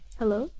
hello